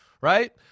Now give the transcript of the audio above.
right